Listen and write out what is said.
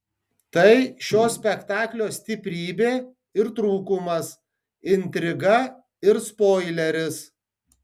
tai šio spektaklio stiprybė ir trūkumas intriga ir spoileris